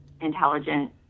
intelligent